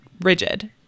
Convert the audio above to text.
rigid